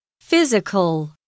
Physical